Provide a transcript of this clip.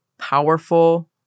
powerful